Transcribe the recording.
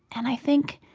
and i think,